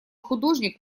художник